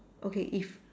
okay if